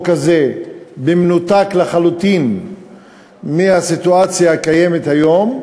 הזה במנותק לחלוטין מהסיטואציה הקיימת היום,